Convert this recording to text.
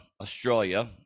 Australia